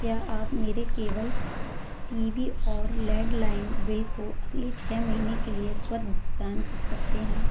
क्या आप मेरे केवल टी वी और लैंडलाइन बिल को अगले छः महीने के लिए स्वतः भुगतान कर सकते हैं